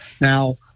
Now